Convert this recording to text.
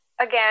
Again